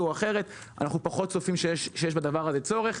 או אחרת אנחנו פחות צופים שיש בדבר הזה צורך.